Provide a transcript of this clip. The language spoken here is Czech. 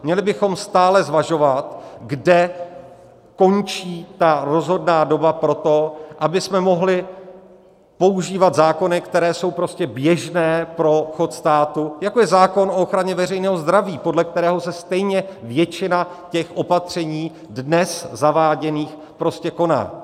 Měli bychom stále zvažovat, kde končí ta rozhodná doba pro to, abychom mohli používat zákony, které jsou běžné pro chod státu, jako je zákon o ochraně veřejného zdraví, podle kterého se stejně většina těch opatření dnes zaváděných prostě koná.